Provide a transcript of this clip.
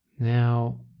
Now